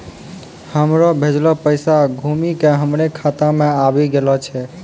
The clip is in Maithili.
हमरो भेजलो पैसा घुमि के हमरे खाता मे आबि गेलो छै